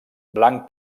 blanc